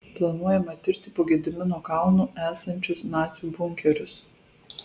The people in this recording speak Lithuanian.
planuojama tirti po gedimino kalnu esančius nacių bunkerius